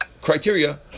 criteria